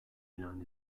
ilan